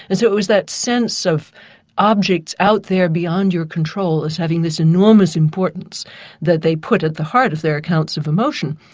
and so it was that sense of objects out there beyond your control, as having this enormous importance that they put at the heart of their accounts of emotion.